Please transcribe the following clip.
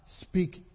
speak